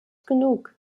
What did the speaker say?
genug